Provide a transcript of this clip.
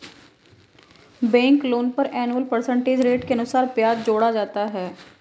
bank loan पर annual percentage rate के अनुसार ब्याज जोड़ा जाता है